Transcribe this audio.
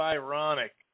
ironic